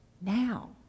now